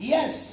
Yes